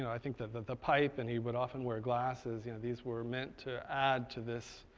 and i think the pipe, and he would often wear glasses, you know these were meant to add to this